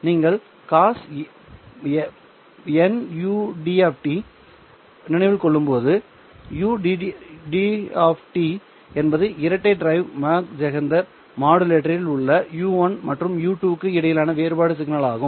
நீங்கள் cos πud நினைவில் கொள்ளும் போது ud என்பது ஒரு இரட்டை டிரைவ் மாக் ஜஹெண்டர் மாடுலேட்டரில் உள்ள u1 மற்றும் u2 க்கு இடையிலான வேறுபாட்டு சிக்னல் ஆகும்